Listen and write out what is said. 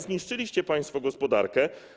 Zniszczyliście państwo gospodarkę.